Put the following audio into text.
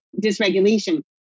dysregulation